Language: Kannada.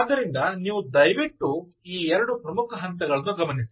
ಆದ್ದರಿಂದ ನೀವು ದಯವಿಟ್ಟು ಈ 2 ಪ್ರಮುಖ ಹಂತಗಳನ್ನು ಗಮನಿಸಿ